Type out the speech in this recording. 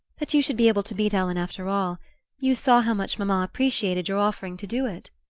that you should be able to meet ellen after all you saw how much mamma appreciated your offering to do it.